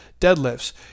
deadlifts